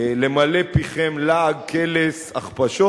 למלא פיכם לעג, קלס, הכפשות.